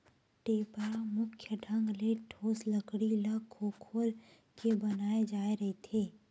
टेपरा मुख्य ढंग ले ठोस लकड़ी ल खोखोल के बनाय जाय रहिथे